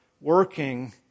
working